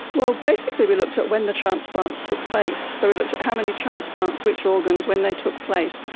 well, basically we looked at when the transplants took place. so we looked at how many transplants, which organs, when they took place.